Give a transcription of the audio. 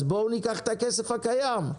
אז בואו ניקח את הכסף הקיים.